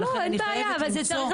אני חייבת למצוא, זה במינוי.